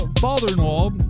father-in-law